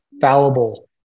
fallible